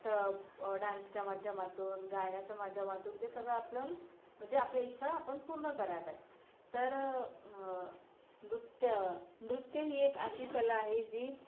स डान्सच्या माध्यमातून गाण्याच्या माध्यमातून ते सगळं आपलं म्हणजे आपल्या इच्छा आपण पूर्ण कराय पाहिजे तरं नृत्य नृत्य ही एक अशी कला आहे जी